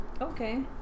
okay